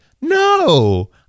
no